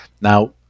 Now